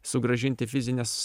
sugrąžinti fizines